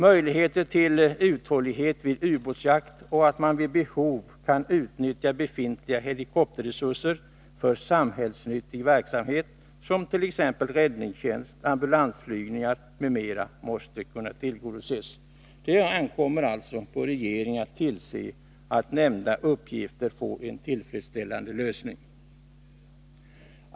Kravet på uthållighet vid ubåtsjakt och behovet av att kunna utnyttja befintliga helikopterresurser för samhällsnyttig verksamhet, t.ex. räddningstjänst och ambulansflygningar, måste kunna tillgodoses. Det ankommer på regeringen att tillse att nämnda uppgifter får en tillfredsställande lösning.